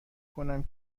کنم